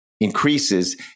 increases